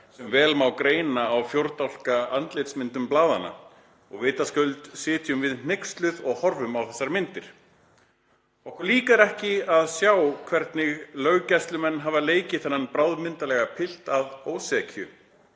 sem vel má greina á fjórdálka andlitsmyndum blaðanna. Og vitaskuld sitjum við hneyksluð og horfum á þessar myndir. Okkur líkar ekki að sjá hvernig löggæslumenn hafa leikið þennan bráðmyndarlega pilt að ósekju,